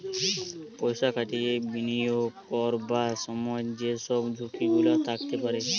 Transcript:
পয়সা খাটিয়ে বিনিয়োগ করবার সময় যে সব ঝুঁকি গুলা থাকতে পারে